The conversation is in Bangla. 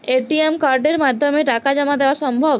এ.টি.এম কার্ডের মাধ্যমে টাকা জমা দেওয়া সম্ভব?